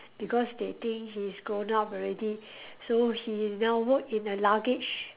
because they think he's grown up already so he now work in a luggage